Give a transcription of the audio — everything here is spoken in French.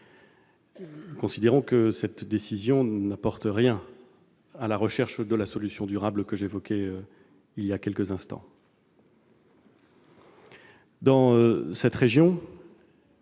considérons que cette décision n'apporte rien à la recherche de la solution durable que j'évoquais à l'instant. Dans cette région